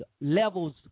levels